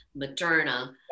moderna